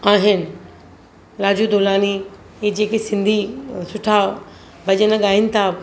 आहिनि राजू दुल्हाणी हे जेके सिंधी सुठा भॼन गाइनि था